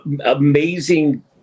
amazing